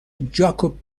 جاکوب